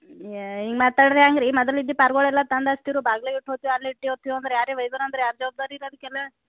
ಏಯ್ ಹಿಂಗೆ ಮಾತಾಡ್ದ್ರ್ ಹ್ಯಾಂಗೆ ರೀ ಮೊದಲು ಇದ್ದ ಪಾರ್ಗಳೆಲ್ಲ ತಂದು ಹಚ್ತಿದ್ದರು ಬಾಗ್ಲಾಗೆ ಇಟ್ಟು ಹೋಗ್ತೀವಿ ಅಲ್ಲೇ ಇಟ್ಟು ಹೋಗ್ತೀವಿ ಅಂದ್ರೆ ಯಾರ್ರೀ ಒಯ್ದರು ಅಂದ್ರೆ ಯಾರು ಜವಾಬ್ದಾರಿ ರೀ ಅದಕ್ಕೆಲ್ಲ